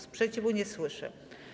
Sprzeciwu nie słyszę.